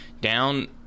down